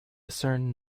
discern